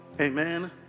amen